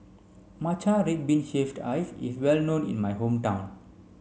matcha red bean shaved ice is well known in my hometown